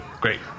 great